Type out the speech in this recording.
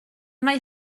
mae